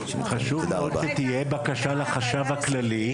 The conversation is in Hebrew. חשוב מאוד שתהיה בקשה לחשב הכללי.